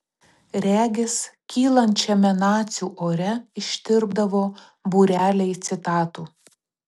regis kylančiame nacių ore ištirpdavo būreliai citatų